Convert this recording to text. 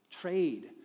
trade